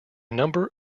number